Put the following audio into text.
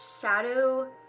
shadow